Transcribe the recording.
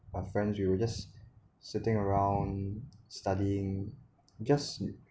my friends we were just sitting around studying just